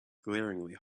glaringly